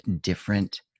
different